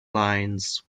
lines